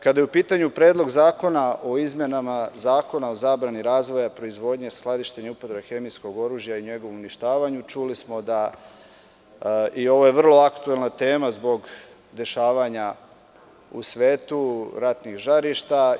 Kada je u pitanju Predlog zakona o izmenama Zakona o zabrani razvoja proizvodnje, skladištenja i upotrebe hemijskog oružja i njegovo uništavanje, čuli smo, ovo je vrlo aktuelna tema zbog dešavanja u svetu, ratnih žarišta.